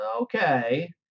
okay